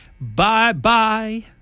Bye-bye